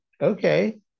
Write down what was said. okay